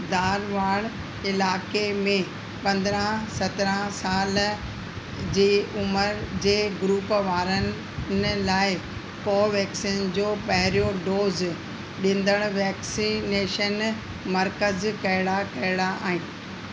धारवाड़ इलाइक़े में पंद्रहं सत्रहं साल जे उमिरि जे ग्रुप वारनि लाइ कोवैक्सीन जो पहिरियों डोज़ ॾींदड़ वैक्सीनेशन मर्कज़ कहिड़ा कहिड़ा आहिनि